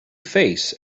face